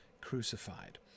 crucified